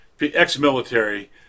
ex-military